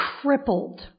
crippled